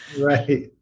Right